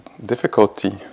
Difficulty